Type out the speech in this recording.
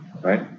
Right